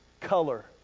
color